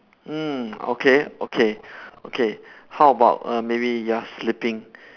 mm okay okay okay how about err maybe you are sleeping